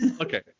Okay